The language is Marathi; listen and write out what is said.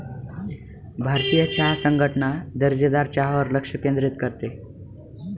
भारतीय चहा संघटना दर्जेदार चहावर लक्ष केंद्रित करते